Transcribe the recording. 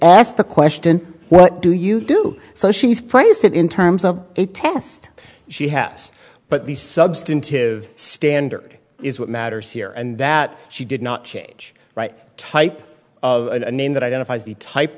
asked the question what do you do so she's praised it in terms of a test she has but the substantive standard is what matters here and that she did not change right type of a name that identifies the type